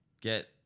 Get